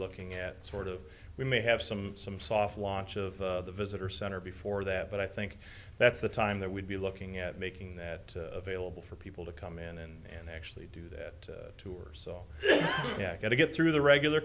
looking at sort of we may have some some soft launch of the visitor center before that but i think that's the time that we'd be looking at making that vailable for people to come in and actually do that to her so yeah gotta get through the regular